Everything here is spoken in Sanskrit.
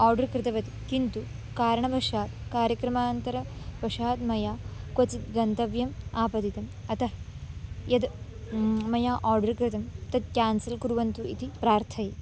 आड्र् कृतवती किन्तु कारणवशात् कार्यक्रमान्तरवशात् मया क्वचित् गन्तव्यम् आपतितम् अतः यद् मया आड्र् कृतं तद् क्यान्सल् कुर्वन्तु इति प्रार्थये